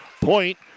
Point